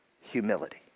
humility